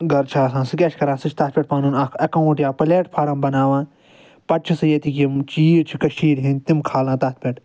گرٕ چھُ آسان سُہ کیٚاہ چھُ کران سُہ چھُ تتھ پٮ۪ٹھ پنُن اکھ ایکاونٹ یا پلٮ۪ٹفارم بناوان پتہٕ چھُ سُہ ییٚتہِ یِم چیٖز چھِ کٔشیٖرِ ہنٛدی تِم کھالان تتھ پٮ۪ٹھ